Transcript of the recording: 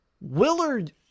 Willard